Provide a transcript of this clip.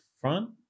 front